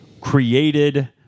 created